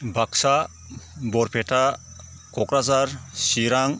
Baksa Barpeta Kokrajhar Chirang